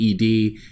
ED